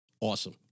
awesome